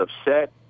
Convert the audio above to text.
upset